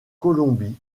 colombie